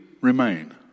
remain